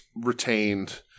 retained